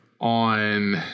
on